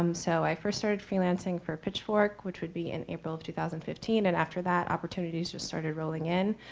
um so i first started freelancing for pitchform, which would be in april two thousand and fifteen. and after that, opportunities just started rolling in.